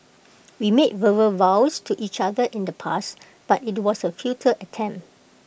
we made verbal vows to each other in the past but IT was A futile attempt